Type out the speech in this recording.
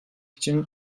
için